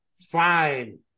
Fine